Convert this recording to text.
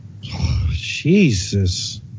Jesus